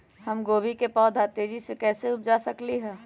हम गोभी के पौधा तेजी से कैसे उपजा सकली ह?